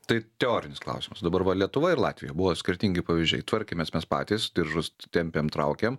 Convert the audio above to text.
tai teorinis klausimas dabar va lietuva ir latvija buvo skirtingi pavyzdžiai tvarkėmės mes patys diržus tempėm traukėm